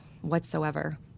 whatsoever